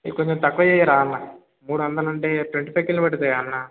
ఇది కొంచెం తక్కువ చేయరా అన్న మూడు వందలు అంటే ట్వంటీ ఫైవ్ కిలోమీటర్స్ కదా అన్న